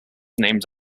named